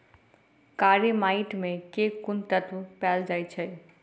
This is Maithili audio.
कार्य माटि मे केँ कुन तत्व पैल जाय छै?